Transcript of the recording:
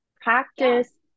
practice